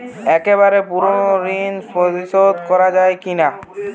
একবারে পুরো ঋণ পরিশোধ করা যায় কি না?